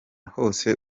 hose